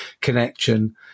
connection